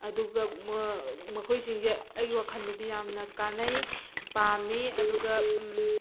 ꯑꯗꯨꯒ ꯃꯈꯣꯏꯁꯤꯡꯁꯦ ꯑꯩꯒꯤ ꯋꯥꯈꯜꯗꯗꯤ ꯌꯥꯝꯅ ꯀꯥꯟꯅꯩ ꯄꯥꯝꯃꯤ ꯑꯗꯨꯒ